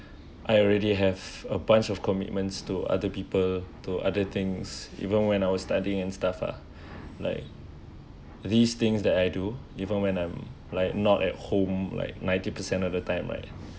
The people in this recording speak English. I already have a bunch of commitments to other people to other things even when I was studying and stuff uh like these things that I do even when I'm like not at home like ninety percent of the time right